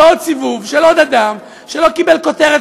זה עוד סיבוב של עוד אדם שלא קיבל כותרת